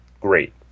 great